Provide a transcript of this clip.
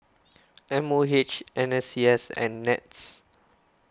M O H N S C S and NETS